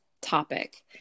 topic